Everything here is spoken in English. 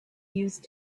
used